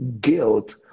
guilt